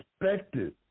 expected